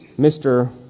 Mr